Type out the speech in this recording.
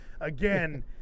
Again